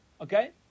Okay